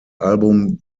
album